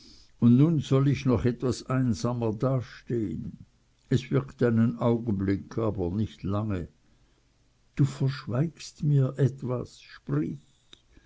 und nun soll ich noch etwas einsamer dastehn es wirkt einen augenblick aber nicht lange du verschweigst mir etwas sprich